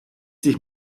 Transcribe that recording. sich